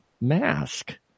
Mask